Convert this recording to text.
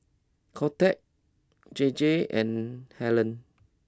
Kodak J J and Helen